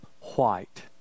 white